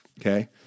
okay